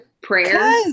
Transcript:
prayer